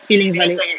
feelings balik